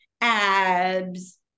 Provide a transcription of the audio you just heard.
abs